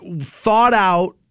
thought-out